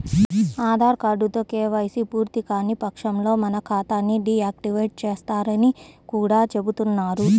ఆధార్ కార్డుతో కేవైసీ పూర్తికాని పక్షంలో మన ఖాతా ని డీ యాక్టివేట్ చేస్తారని కూడా చెబుతున్నారు